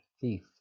thief